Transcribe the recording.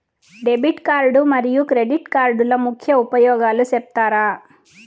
Debit card మరియు credit కార్డుల ముఖ్య ఉపయోగాలు సెప్తారా?